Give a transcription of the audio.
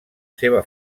seva